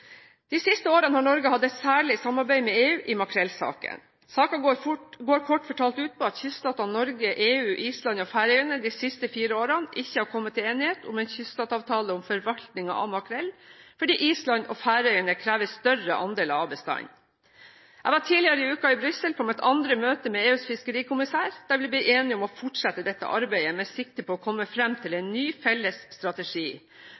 De siste årene har Norge hatt et særlig samarbeid med EU i makrellsaken. Saken går kort fortalt ut på at kyststatene Norge, EU, Island og Færøyene de siste fire årene ikke har kommet til enighet om en kyststatsavtale om forvaltningen av makrell, fordi Island og Færøyene krever større andeler av bestanden. Jeg var tidligere i uka i Brussel på mitt andre møte med EUs fiskerikommisær, der vi ble enige om å fortsette dette samarbeidet, med sikte på å komme fram til en ny felles strategi.